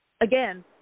again